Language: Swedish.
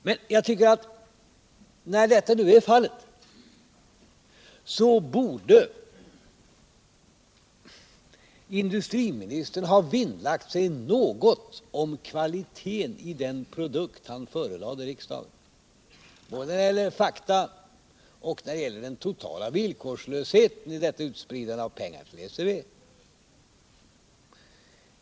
Men när detta nu är fallet borde industriministern ha vinnlagt sig något om kvaliteten i den produkt han förelade riksdagen både när det gäller fakta och när det gäller den totala villkorslösheten av detta utspridande av pengar till NCB.